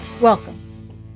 Welcome